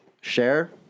Share